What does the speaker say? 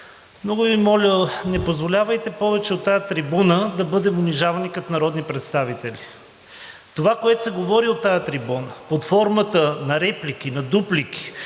Много Ви моля, не позволявайте повече от тази трибуна да бъдем унижавани като народни представители. Това, което се говори от тази трибуна под формата на реплики, на дуплики,